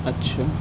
اچھا